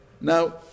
Now